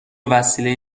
وسیله